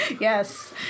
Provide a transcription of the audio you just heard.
Yes